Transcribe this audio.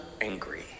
angry